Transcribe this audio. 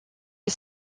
les